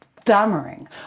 stammering